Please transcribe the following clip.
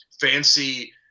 fancy